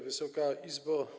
Wysoka Izbo!